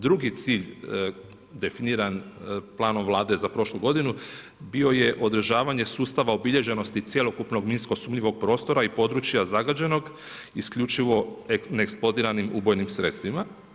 Drugi cilj definiran planom Vlade za prošlu godinu bio je održavanje sustava obilježenosti cjelokupnog minskog sumnjivog prostora i područja zagađenog isključivo neeksplodiranim ubojnim sredstvima.